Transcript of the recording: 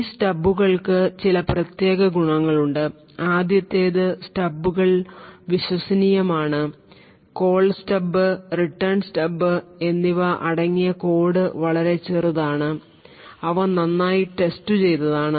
ഈ സ്റ്റബുകൾക്ക് ചില പ്രത്യേക ഗുണങ്ങളുണ്ട് ആദ്യത്തേത് സ്റ്റബുകൾ വിശ്വസനീയമാണ് കോൾ സ്റ്റബ് റിട്ടേൺ സ്റ്റബ് എന്നിവ അടങ്ങിയ കോഡ് വളരെ ചെറുതാണ് അവ നന്നായി ടെസ്റ്റ് ചെയ്തതാണ്